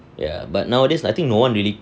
ya but nowadays I think no one really